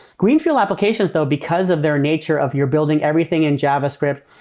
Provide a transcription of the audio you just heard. greenfield applications though, because of their nature of your building everything in javascript,